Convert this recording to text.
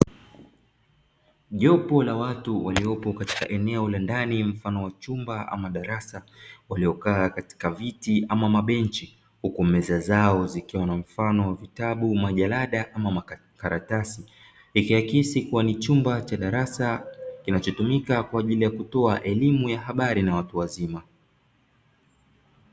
Jopo la watu waliopo katika eneo la ndani mfano wa chumba ama darasa waliokaa katika viti ama mabenchi huku meza zao zikiwa na mfano wa vitabu, majalada ama makaratasi, ikiakisi kuwa ni chumba cha darasa kinachotumika kwa ajili ya kutoa elimu ya habari na watu wazima.